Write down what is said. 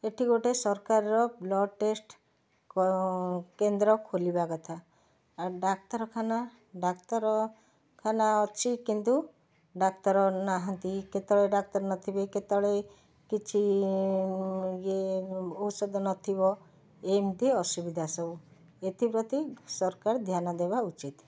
ଏଠି ଗୋଟେ ସରକାରର ବ୍ଲଡ଼ ଟେଷ୍ଟ କେନ୍ଦ୍ର ଖୋଲିବା କଥା ଆଉ ଡାକ୍ତରଖାନା ଡାକ୍ତରଖାନା ଅଛି କିନ୍ତୁ ଡାକ୍ତର ନାହାନ୍ତି କେତେବେଳେ ଡାକ୍ତର ନ ଥିବେ କେତେବେଳେ ୟେ କିଛି ଔଷଧ ନ ଥିବ ଏମିତି ଅସୁବିଧା ସବୁ ଏଥିପ୍ରତି ସରକାର ଧ୍ୟାନ ଦେବା ଉଚିତ୍